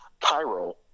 Pyro